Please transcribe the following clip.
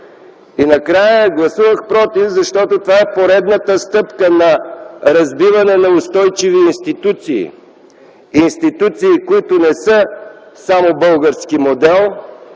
И накрая, гласувах против, защото това е поредната стъпка на разбиване на устойчиви институции – институции, които не са само български модел,